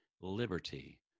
liberty